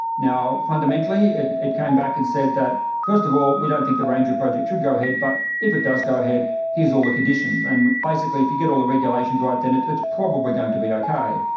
fundamentally it it came back and said that first of all we don't think the ranger project should go ahead, but if it does go ahead, here's all the conditions, and basically if you get all the regulations right then it's it's probably going to be okay.